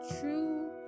true